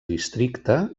districte